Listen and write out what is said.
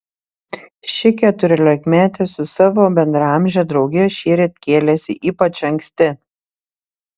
ši keturiolikmetė su savo bendraamže drauge šįryt kėlėsi ypač anksti